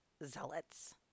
zealots